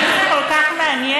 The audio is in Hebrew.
אם זה כל כך מעניין,